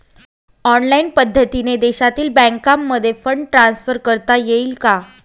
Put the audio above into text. Online पद्धतीने देशातील बँकांमध्ये फंड ट्रान्सफर करता येईल का?